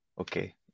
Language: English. okay